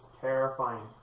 terrifying